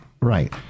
Right